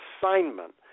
assignment